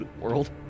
world